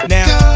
Now